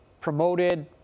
promoted